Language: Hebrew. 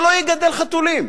שלא יגדל חתולים,